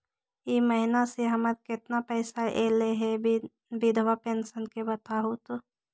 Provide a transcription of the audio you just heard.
इ महिना मे हमर केतना पैसा ऐले हे बिधबा पेंसन के बताहु तो?